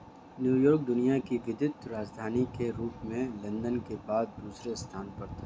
New York दुनिया की वित्तीय राजधानी के रूप में लंदन के बाद दूसरे स्थान पर था